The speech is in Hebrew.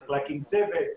צריך להקים צוות,